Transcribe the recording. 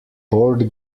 board